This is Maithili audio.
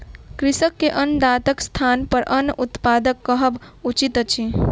कृषक के अन्नदाताक स्थानपर अन्न उत्पादक कहब उचित अछि